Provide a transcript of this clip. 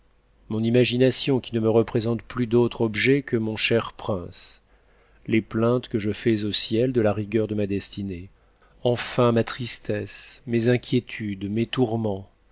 mon imagination qui ne me représente plus d'autre objet que mon cher prince les plaintes que je fais au ciel de la rigueur de ma destinée enfin ma tristesse mes inquiétudes mes tourments